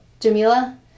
Jamila